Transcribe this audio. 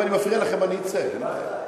אם אני מפריע לכם, אני אצא, אין בעיה.